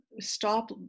stop